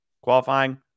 Qualifying